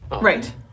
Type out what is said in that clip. Right